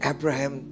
Abraham